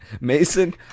mason